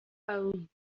fayoum